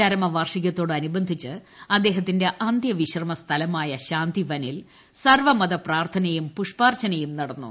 ചരമവാർഷികത്തോടനുബന്ധിച്ച് അദ്ദേഹത്തിന്റെ അന്തൃവിശ്രമ സ്ഥലമായ ശാന്തിവനിൽ സർവ്വമത പ്രാർത്ഥനയും പൂഷ്പാർച്ചനയും നടന്നു